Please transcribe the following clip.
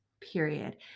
period